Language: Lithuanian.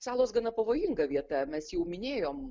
salos gana pavojinga vieta mes jau minėjom